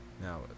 Now